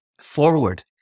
forward